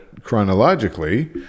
chronologically